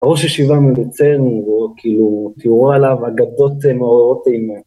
הראש הישיבה מ... הוא כאילו, תראו עליו אגדות מעוררות אימה.